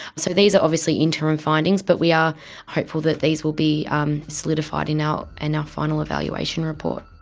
so these are obviously interim findings but we are hopeful that these will be um solidified in our and final evaluation report.